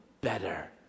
better